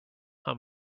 how